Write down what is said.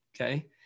Okay